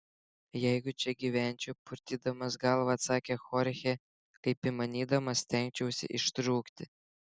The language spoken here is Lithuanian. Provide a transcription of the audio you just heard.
jeigu čia gyvenčiau purtydamas galvą atsakė chorchė kaip įmanydamas stengčiausi ištrūkti